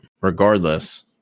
regardless